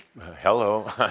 Hello